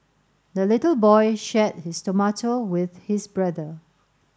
the little boy shared his tomato with his brother